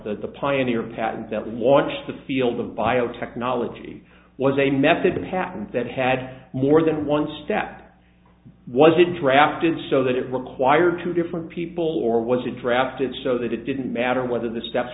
the pioneer patent that launched the field of biotechnology was a method patent that had more than one step was it drafted so that it required two different people or was it drafted so that it didn't matter whether the steps